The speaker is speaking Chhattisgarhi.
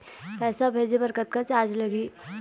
पैसा भेजे बर कतक चार्ज लगही?